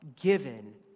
given